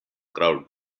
crowd